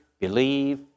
believe